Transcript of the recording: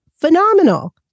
phenomenal